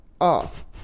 Off